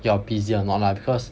you are busy or not lah because